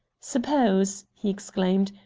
suppose, he exclaimed,